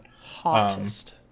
hottest